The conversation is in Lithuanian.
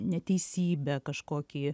neteisybę kažkokį